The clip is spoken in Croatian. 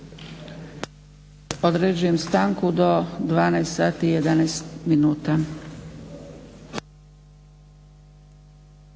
Određujem stanku do 12,11 minuta.